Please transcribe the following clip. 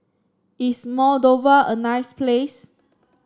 is Moldova a nice place